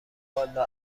والا